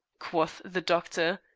quoth the doctor.